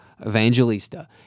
Evangelista